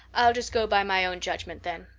i'll just go by my own judgment then.